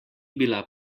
bila